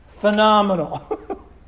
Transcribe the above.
phenomenal